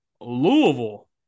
Louisville